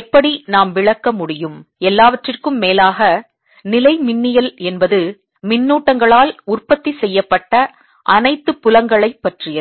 எப்படி நாம் விளக்க முடியும் எல்லாவற்றிற்கும் மேலாக நிலைமின்னியல் என்பது மின்னூட்டங்கள்ஆல் உற்பத்தி செய்யப்பட்ட அனைத்து புலங்களைப் பற்றியது